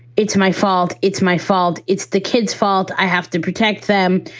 it's my fault. it's my fault. it's the kid's fault. i have to protect them.